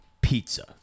pizza